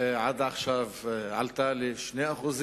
עד עכשיו עלתה ל-2%,